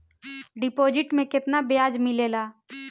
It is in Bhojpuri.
डिपॉजिट मे केतना बयाज मिलेला?